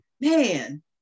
man